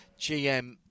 GM